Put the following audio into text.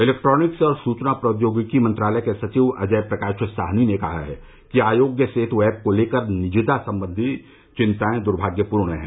electronics और सूचना प्रौद्योगिकी मंत्रालय के सचिव अजय प्रकाश साहनी ने कहा है कि आरोग्य सेतु ऐप को लेकर निजता संबंधी चिंताए दुर्भाग्यपूर्ण हैं